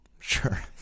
sure